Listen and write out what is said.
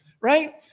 Right